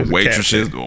Waitresses